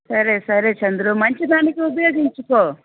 సరే సరే చంద్రు మంచిదానికి ఉపయోగించుకో